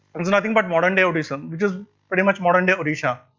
it is nothing but modern day odisha, which is pretty much modern day odisha.